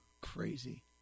crazy